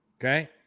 Okay